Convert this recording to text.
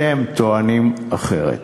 אף שאתם טוענים אחרת.